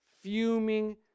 fuming